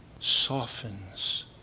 softens